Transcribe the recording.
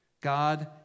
God